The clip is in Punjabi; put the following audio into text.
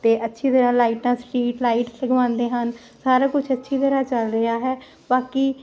ਤੇ ਅੱਛੀ ਤਰਾਂ ਲਾਈਟਾਂ ਸਟਰੀਟ ਲਾਈਟਾਂ ਲਗਵਾਂਦੇ ਹਨ ਸਾਰਾ ਕੁਝ ਅੱਛੀ ਤਰ੍ਹਾਂ ਚੱਲ ਰਿਹਾ ਹੈ ਬਾਕੀ